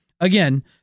Again